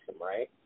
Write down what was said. right